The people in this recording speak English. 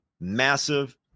massive